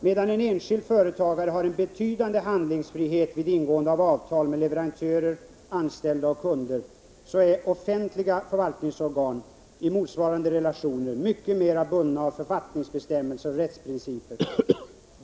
Medan en enskild företagare har en betydande handlingsfrihet vid ingående av avtal med leverantörer, anställda och kunder, är offentliga förvaltningsorgan i motsvarande relationer mycket mera bundna av författningsbestämmelser och rättsprinciper.